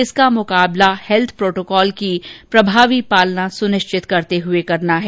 इसका मुकाबला health protocol की प्रभावी पालना सुनिश्चित करते हुये करना है